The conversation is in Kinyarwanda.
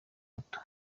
ruto